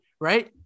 right